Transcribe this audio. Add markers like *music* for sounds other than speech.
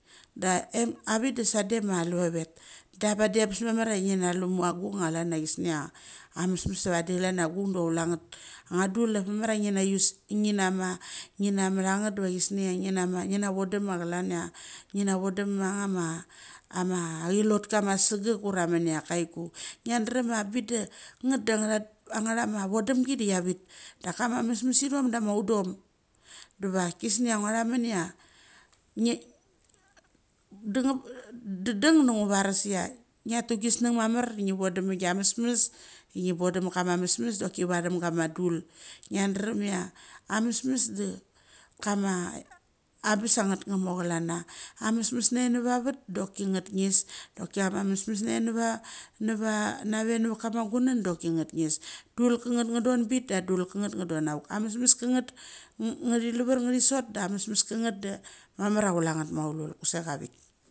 Da em auk da sade ma alavavet da padia bes mamar ia ngi na lumu abing ia klar ia gisnia a mesmes a vadi klan ia gung da kulenget. A dul ang anga bes mamar ia ngi na lus. Ngi na ma inga vodum ma klan ia ngi na vodum mama ama achilotka ma segek ura munia kaiku ngia drem ia bik de nget de ngatha angath ma vodum gi de chavit dak kama mesmes ithom dama audom devaik kisnia ngath amin ia nge *hesitation* da dang do ngu varis ia ngia tu gisnug mamar de ngi voduma ga mesmes doki vathem kama dul. Ngia chream ia a mesmes de kama *hesitation* a bes ia ngeth ngmo klan a a mesmes nae neva vet da ki ngeth nges doki ama mesmes nave neva na ve neveth kama chunen doi ngeth gnes dul kaeth nga don doki ngat ngis dul kengeth nga don bit da dul kinet inga don a vuk amesmes kangeth nga thi leva ngiathi sot da mesmes kanget da mamar ia kulengeth maulul. Kus ekplavik.